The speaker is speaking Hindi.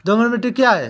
दोमट मिट्टी क्या है?